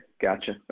Gotcha